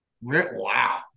Wow